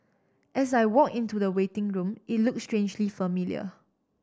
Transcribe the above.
as I walk into the waiting room it looked strangely familiar